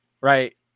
right